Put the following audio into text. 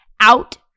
out